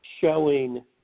showing